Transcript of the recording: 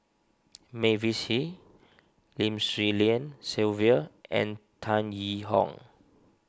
Mavis Hee Lim Swee Lian Sylvia and Tan Yee Hong